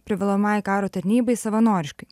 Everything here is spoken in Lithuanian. privalomajai karo tarnybai savanoriškai